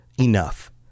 enough